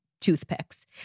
toothpicks